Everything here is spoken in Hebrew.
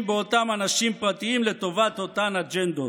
באותם אנשים פרטיים לטובת אותן אג'נדות.